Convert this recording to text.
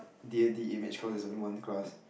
D-and-T image cause there's only one class